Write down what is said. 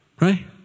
right